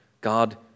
God